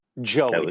Joey